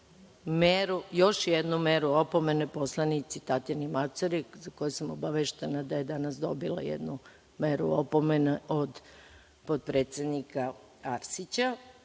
još jednu meru opomene poslanici Tatjani Macuri, za koju sam obaveštena da je danas dobila jednu meru opomene od potpredsednika Arsića,